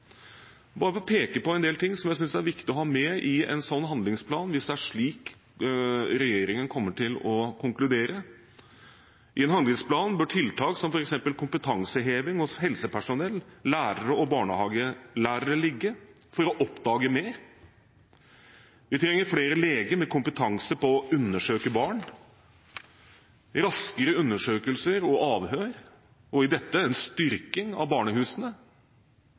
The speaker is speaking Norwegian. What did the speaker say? Bare for å peke på en del ting som jeg synes er viktig å ha med i en slik handlingsplan, hvis det er slik regjeringen kommer til å konkludere: I en handlingsplan bør tiltak som f.eks. kompetanseheving hos helsepersonell, lærere og barnehagelærere ligge, for å oppdage mer. Vi trenger flere leger med kompetanse på å undersøke barn, raskere undersøkelser og avhør – og i dette en styrking av barnehusene